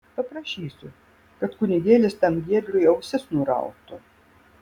paprašysiu kad kunigėlis tam giedriui ausis nurautų